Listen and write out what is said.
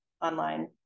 online